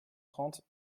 trente